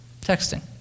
Texting